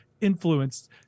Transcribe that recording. influenced